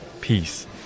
peace